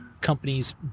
companies